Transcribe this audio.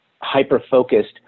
hyper-focused